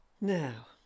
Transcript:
Now